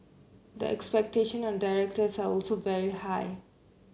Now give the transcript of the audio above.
the expectation on directors are also very high